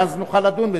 ואז נוכל לדון.